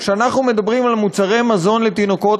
כשאנחנו מדברים על מוצרי מזון לתינוקות,